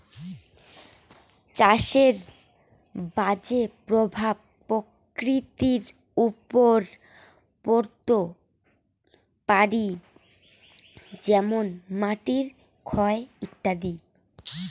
চাষের বাজে প্রভাব প্রকৃতির ওপর পড়ত পারি যেমন মাটির ক্ষয় ইত্যাদি